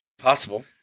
possible